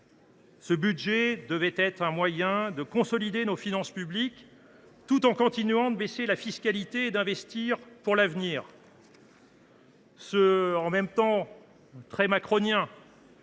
Ce budget devait être un moyen de consolider nos finances publiques tout en continuant de baisser la fiscalité et d’investir pour l’avenir.